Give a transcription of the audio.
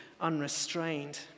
unrestrained